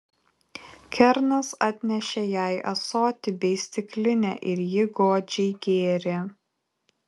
kernas atnešė jai ąsotį bei stiklinę ir ji godžiai gėrė